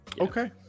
Okay